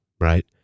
right